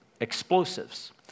explosives